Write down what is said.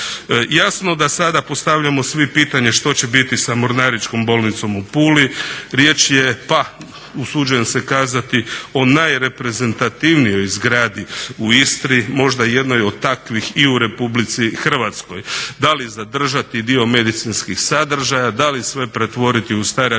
Jasno da sada postavljamo pitanje što će bit sa Mornaričkom bolnicom u Puli, riječ je usuđujem se kazati o najreprezentativnijoj zgradi u Istri, možda jednoj od takvih u RH. Da li zadržati dio medicinskih sadržaja, da li sve pretvoriti u starački